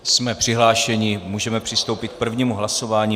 Jsme přihlášeni, můžeme přistoupit k prvnímu hlasování.